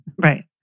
right